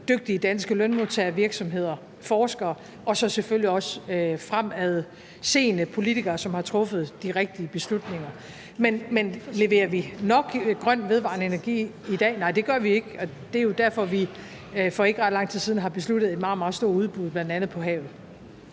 dygtige danske lønmodtagervirksomheder, forskere og så selvfølgelig også fremadseende politikere, som har truffet de rigtige beslutninger. Men leverer vi nok grøn vedvarende energi i dag? Nej, det gør vi ikke, og det er jo derfor, vi for ikke ret lang tid siden har besluttet et meget, meget stort udbud, bl.a. på havet.